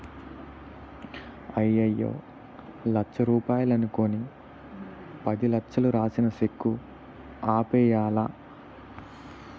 అయ్యయ్యో లచ్చ రూపాయలు అనుకుని పదిలచ్చలు రాసిన సెక్కు ఆపేయ్యాలా